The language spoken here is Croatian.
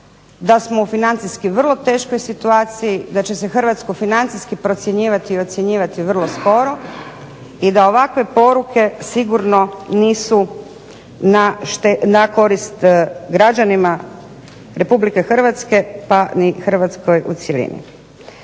da smo financijski u vrlo teškoj situaciji, da će se hrvatsko financijski procjenjivati i ocjenjivati vrlo skoro i da ovakve poruke sigurno nisu na korist građanima Republike Hrvatske pa ni Hrvatskoj u cjelini.